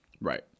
Right